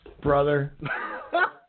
Brother